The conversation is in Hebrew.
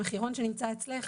במחירון שנמצא אצלך.